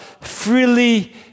freely